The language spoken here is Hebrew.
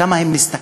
כמה הם משתכרים,